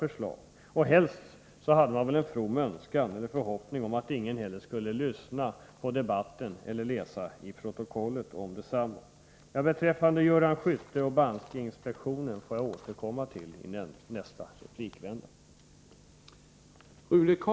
Man hade väl en from önskan eller förhoppning om att ingen heller skulle lyssna på debatten eller läsa protokollet. Vad beträffar Göran Skytte och bankinspektionen får jag återkomma i nästa replikvända.